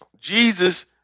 Jesus